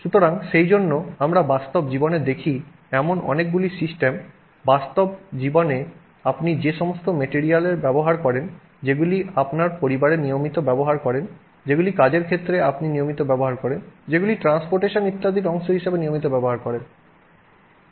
সুতরাং সেইজন্য আমরা বাস্তব জীবনে দেখি এমন অনেকগুলি সিস্টেম বাস্তব জীবনে আপনি যে সমস্ত মেটিরিয়ালের ব্যবহার করেন যেগুলি আপনার পরিবারে নিয়মিত ব্যবহার করেন যেগুলি কাজের ক্ষেত্রে আপনি নিয়মিত ব্যবহার করেন যেগুলি ট্রান্সপোর্টেশন ইত্যাদির অংশ হিসাবে নিয়মিত ব্যবহার করেন